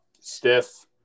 Stiff